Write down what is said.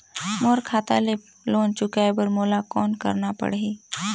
मोर खाता ले लोन चुकाय बर मोला कौन करना पड़ही?